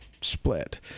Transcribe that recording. split